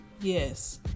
yes